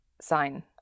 sein